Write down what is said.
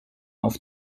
auf